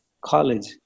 college